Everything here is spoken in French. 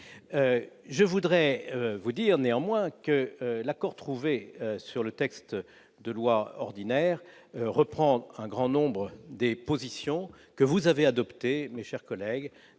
Je voudrais vous dire néanmoins que l'accord trouvé sur le projet de loi ordinaire reprend un grand nombre des positions que vous avez adoptées, mes chers collègues,